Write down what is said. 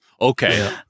okay